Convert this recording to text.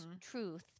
truth